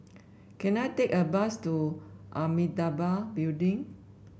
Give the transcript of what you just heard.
can I take a bus to Amitabha Building